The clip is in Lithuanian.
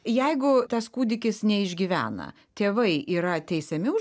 jeigu tas kūdikis neišgyvena tėvai yra teisiami už